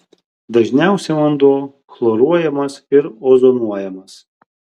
dažniausiai vanduo chloruojamas ir ozonuojamas